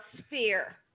sphere